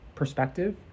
perspective